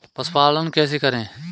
पशुपालन कैसे करें?